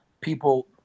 people